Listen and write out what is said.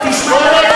דווקא בגלל זה,